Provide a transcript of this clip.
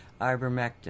Ivermectin